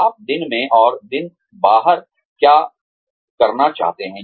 आप दिन मे और दिन बाहर क्या करना चाहते हैं